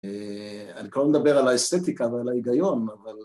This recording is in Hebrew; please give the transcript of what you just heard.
‫אני כבר לא מדבר על האסתטיקה ‫ועל ההיגיון, אבל...